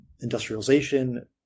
industrialization